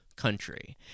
country